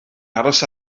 aros